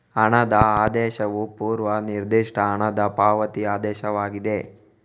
ಹಣದ ಆದೇಶವು ಪೂರ್ವ ನಿರ್ದಿಷ್ಟ ಹಣದ ಪಾವತಿ ಆದೇಶವಾಗಿದೆ